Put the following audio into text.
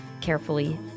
carefully